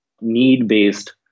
need-based